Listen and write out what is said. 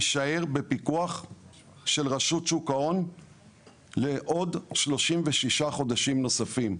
יישאר בפיקוח של רשות שוק ההון לעוד 36 חודשים נוספים.